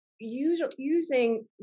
using